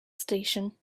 station